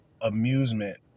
amusement